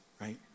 right